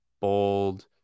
bold